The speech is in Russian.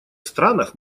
странах